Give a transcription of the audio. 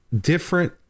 different